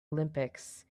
olympics